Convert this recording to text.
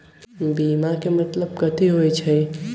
बीमा के मतलब कथी होई छई?